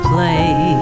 Play